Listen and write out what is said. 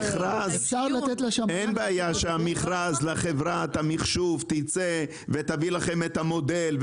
אין בעיה שיצא מכרז לחברת מחשוב שתביא לכם את המודל,